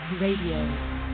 radio